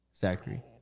Zachary